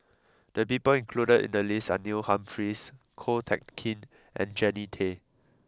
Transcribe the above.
the people included in the list are Neil Humphreys Ko Teck Kin and Jannie Tay